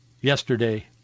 yesterday